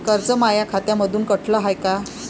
कर्ज माया खात्यामंधून कटलं हाय का?